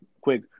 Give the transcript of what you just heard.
quick